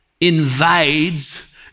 invades